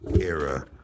era